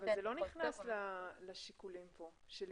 אבל זה לא נכנס לשיקולים כאן.